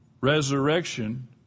resurrection